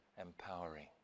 empowering